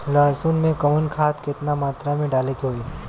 लहसुन में कवन खाद केतना मात्रा में डाले के होई?